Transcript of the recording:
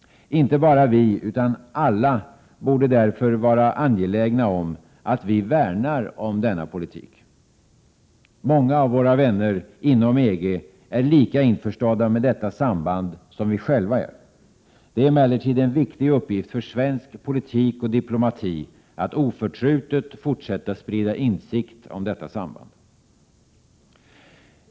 Inte bara vi utan alla borde därför vara angelägna om att vi värnar om denna politik. Många av våra vänner inom EG är lika införstådda med detta samband som vi själva är. Det är emellertid en viktig uppgift för svensk politik och diplomati att oförtrutet fortsätta sprida insikt om detta samband.